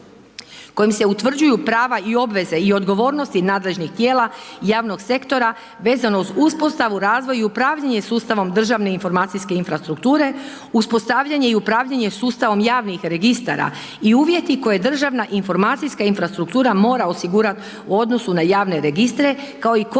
kojim se utvrđuju prava i obveze i odgovornosti nadležnih tijela javnog sektora vezano uz uspostavu, razvoju i upravljanju sustavom državne informacijske infrastrukture, uspostavljanje i upravljanje sustavom javnih registara i uvjeti koje državna informacijska infrastruktura mora osigurat u odnosu na javne registre, kao i